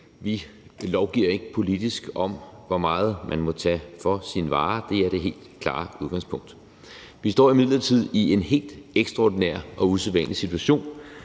Vi lovgiver ikke politisk om, hvor meget man må tage for sine varer. Det er det helt klare udgangspunkt. Vi står imidlertid i en helt ekstraordinær og usædvanlig situation: